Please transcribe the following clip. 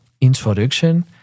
introduction